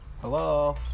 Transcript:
Hello